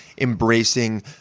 embracing